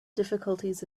difficulties